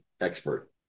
expert